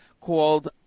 called